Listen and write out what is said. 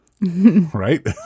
right